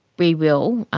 we will,